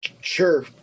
sure